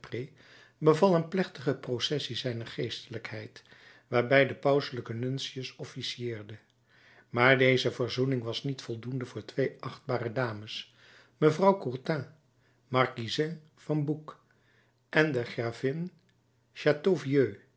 beval een plechtige processie zijner geestelijkheid waarbij de pauselijke nuncius officiëerde maar deze verzoening was niet voldoende voor twee achtbare dames mevrouw courtin markiezin van boucs en de gravin